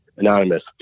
anonymous